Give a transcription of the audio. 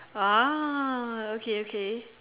!wah! okay okay